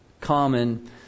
common